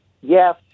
yes